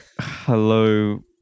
Hello